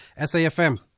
SAFM